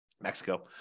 Mexico